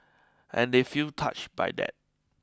and they feel touched by that